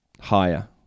Higher